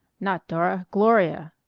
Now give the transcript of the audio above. not dora gloria.